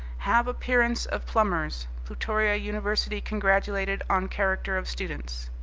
have appearance of plumbers plutoria university congratulated on character of students,